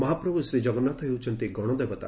ମହାପ୍ରଭୁ ଶ୍ରୀଜଗନ୍ତାଥ ହେଉଛନ୍ତି ଗଣଦେବତା